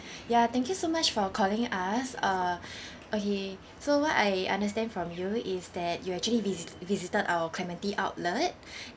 ya thank you so much for calling us uh okay so what I understand from you is that you actually vi~ visited our clementi outlet